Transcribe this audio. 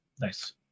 Nice